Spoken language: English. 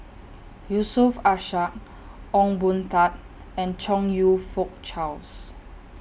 Yusof Ishak Ong Boon Tat and Chong YOU Fook Charles